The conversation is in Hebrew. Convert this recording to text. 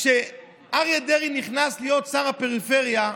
כשאריה דרעי נכנס להיות שר הפריפריה,